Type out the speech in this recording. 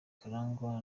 karangwa